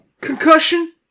Concussion